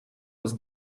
was